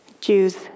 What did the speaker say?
Jews